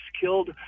killed